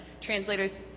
translator's